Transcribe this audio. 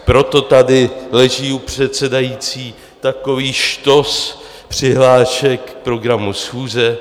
Proto tady leží u předsedající takový štos přihlášek k programu schůze.